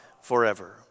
forever